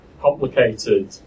complicated